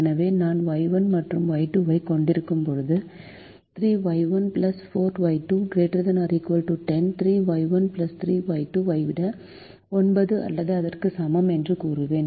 எனவே நான் Y1 மற்றும் Y2 ஐ கொண்டிருக்கும்போது 3Y1 4Y2 ≥ 10 3Y1 3Y2 ஐ விட 9 அல்லது அதற்கு சமம் என்று கூறுவேன்